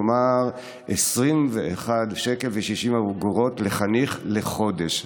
כלומר 21 שקל ו-60 אגורות לחניך לחודש.